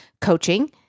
coaching